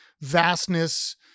vastness